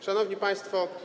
Szanowni Państwo!